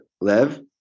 Lev